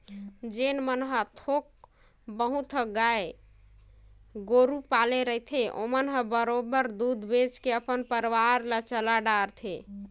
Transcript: जेन मन ह थोक बहुत ह गाय गोरु पाले रहिथे ओमन ह बरोबर दूद बेंच के अपन परवार ल चला डरथे